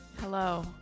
Hello